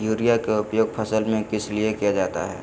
Urea के उपयोग फसल में किस लिए किया जाता है?